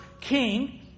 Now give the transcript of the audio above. king